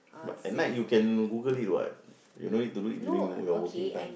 but at night you can Google it what you don't need to do it during your working time